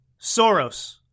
Soros